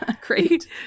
Great